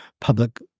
public